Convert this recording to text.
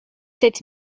sept